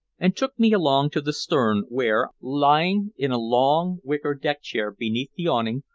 and took me along to the stern where, lying in a long wicker deck-chair beneath the awning,